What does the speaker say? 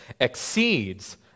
exceeds